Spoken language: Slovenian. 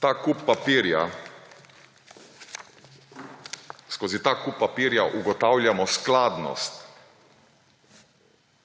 vreden pohvale. Skozi tak kup papirja ugotavljamo skladnost,